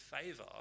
favour